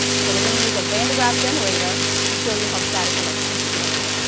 so we're gonna use a van der graaf generator to show you how static electricity works.